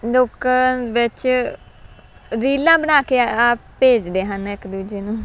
ਲੋਕਾਂ ਵਿੱਚ ਰੀਲਾਂ ਬਣਾ ਕੇ ਭੇਜਦੇ ਹਨ ਇੱਕ ਦੂਜੇ ਨੂੰ